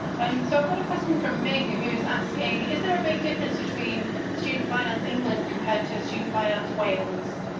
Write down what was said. and so i've got a question from ming, who's asking is there a big difference between student finance england compared to student finance wales.